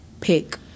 pick